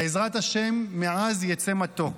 בעזרת השם, מעז יצא מתוק,